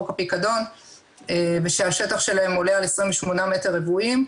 הפיקדון ושהשטח שלהם עולה על 28 מטרים רבועים,